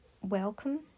welcome